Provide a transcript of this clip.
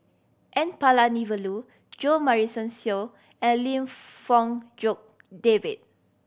N Palanivelu Jo Marion Seow and Lim Fong Jock David